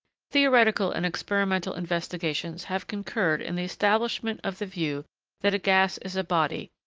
theoretical and experimental investigations have concurred in the establishment of the view that a gas is a body,